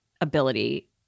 ability